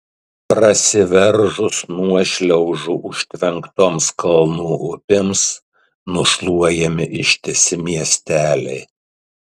prasiveržus nuošliaužų užtvenktoms kalnų upėms nušluojami ištisi miesteliai